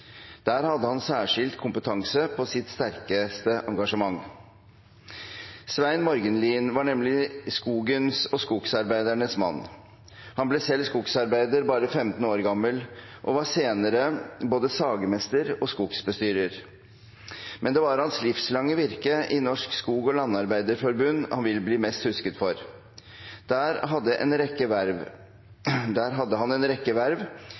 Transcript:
Der hadde han sin særskilte kompetanse og sitt sterkeste engasjement. Svein Morgenlien var nemlig skogens og skogsarbeidernes mann. Han ble selv skogarbeider bare 15 år gammel og var senere både sagmester og skogsbestyrer. Men det var hans livslange virke i Norsk skog- og landarbeiderforbund han vil bli mest husket for. Der hadde han en rekke verv,